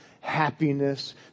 Happiness